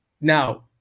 Now